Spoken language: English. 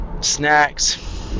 snacks